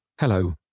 Hello